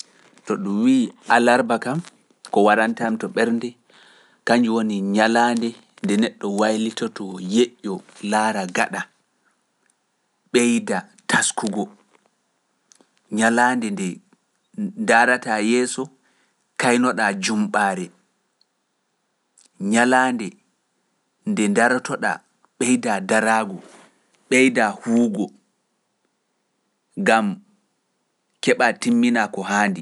To ɗum wii alarba kam, ko warante am to ɓernde, kanji woni ñalaande nde neɗɗo waylitoto yeƴƴo laara gaɗa, ɓeyda taskugo, ñalaande nde daarataa yeeso kaynoɗaa jumɓaare, ñalaande nde darotoɗaa beydaa daraagu, ɓeydaa huugo, ngam keɓa timminaa ko haandi.